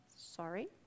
Sorry